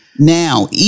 now